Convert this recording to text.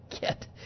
get